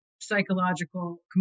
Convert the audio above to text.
psychological